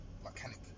mechanic